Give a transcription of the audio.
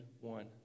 one